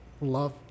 love